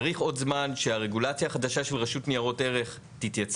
צריך עוד זמן שהרגולציה החדשה של הרשות לניירות ערך תתייצב,